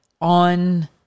on